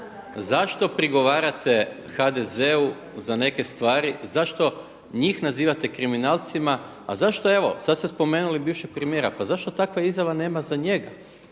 zašto prigovarate HDZ-u za neke stvari, zašto njih nazivate kriminalcima a zašto evo sad ste spomenuli bivšeg premijera pa zašto takva izjava nema za njega?